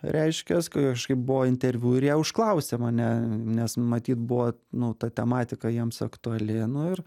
reiškias kažkaip buvo interviu ir jie užklausė mane nes matyt buvo nu ta tematika jiems aktuali nu ir